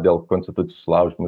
dėl konstitucijos sulaužymo